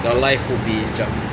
your life would be macam